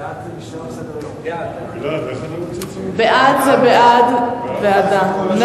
ההצעה להעביר את הנושא לוועדה שתקבע ועדת הכנסת